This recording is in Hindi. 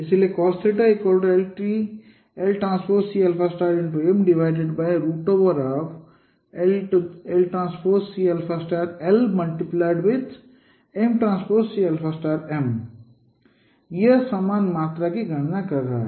इसलिए cosθlTC m lTC l mTC m यह समान मात्रा की गणना कर रहा है